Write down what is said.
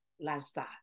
lifestyle